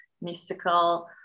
mystical